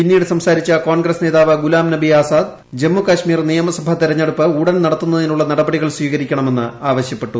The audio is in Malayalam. പിന്നീട് സംസാരിച്ച കോൺഗ്രസ് നേതാവ് ഗുലാം നബീപ് ആസാദ് ജമ്മുകശ്മീർ നിയമസഭാ തെരഞ്ഞെടുപ്പ് ഉടൻ നടത്തുണ്ണതിനുള്ള നടപടികൾ സ്വീകരിക്കണമന്ന് ആവശ്യപ്പെട്ടു